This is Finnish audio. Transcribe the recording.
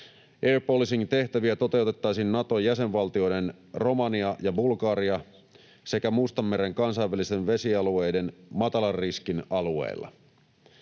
Air policing ‑tehtäviä toteutettaisiin Naton jäsenvaltioiden Romania ja Bulgaria sekä Mustanmeren kansainvälisten vesialueiden matalan riskin alueilla.